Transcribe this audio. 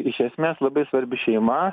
iš esmės labai svarbi šeima